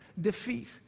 defeat